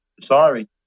Sorry